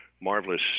marvelous